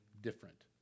different